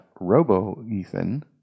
RoboEthan